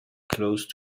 closed